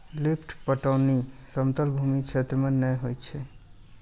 lift पटौनी समतल भूमी क्षेत्र मे नै होय छै